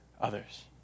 others